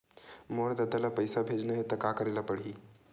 मोर ददा ल पईसा भेजना हे त का करे ल पड़हि?